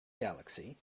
galaxy